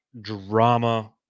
drama